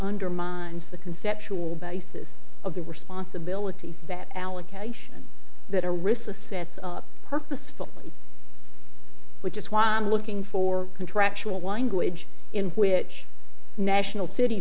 undermines the conceptual basis of the responsibilities that allocation that are receive sets up purposefully which is why i'm looking for a contractual wind wage in which national city